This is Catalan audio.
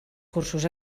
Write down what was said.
cursos